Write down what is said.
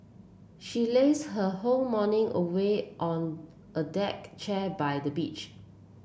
she lazed her whole morning away on a deck chair by the beach